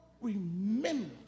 remember